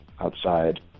outside